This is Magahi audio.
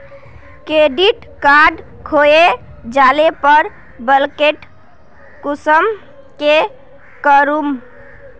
क्रेडिट कार्ड खोये जाले पर ब्लॉक कुंसम करे करूम?